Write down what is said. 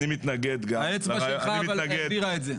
אבל האצבע שלך העבירה את זה.